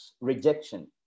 rejection